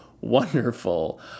wonderful